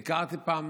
ביקרתי פעם